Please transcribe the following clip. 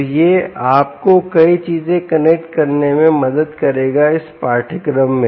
तो यह आपको कई चीजें कनेक्ट करने में मदद करेगा इस पाठ्यक्रम में